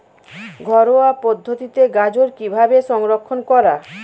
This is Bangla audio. ঘরোয়া পদ্ধতিতে গাজর কিভাবে সংরক্ষণ করা?